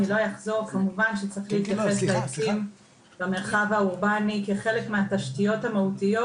כמובן שצריך להתייחס לעצים במרחב האורבני כחלק התשתיות המהותיות